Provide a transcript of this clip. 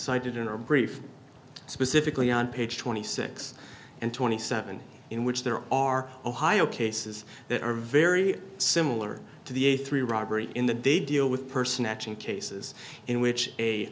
cited in our brief specifically on page twenty six and twenty seven in which there are ohio cases that are very similar to the a three robbery in the big deal with person action cases in which a